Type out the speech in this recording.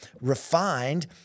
refined